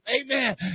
amen